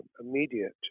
immediate